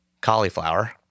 cauliflower